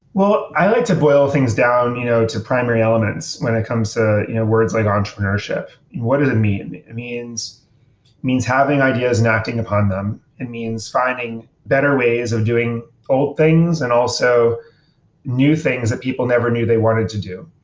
well, i like to boil things down you know to primary elements when it comes ah you know words like entrepreneurship. what does it mean? it means means having ideas and acting upon them. it means finding better ways of doing old things and also new things that people never knew they wanted to do.